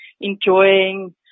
enjoying